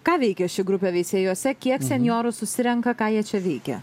ką veikia ši grupė veisiejuose kiek senjorų susirenka ką jie čia veikia